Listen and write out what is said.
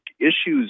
issues